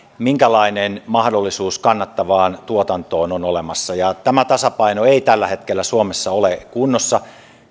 minkälainen mahdollisuus kannattavaan tuotantoon on olemassa ja tämä tasapaino ei tällä hetkellä suomessa ole kunnossa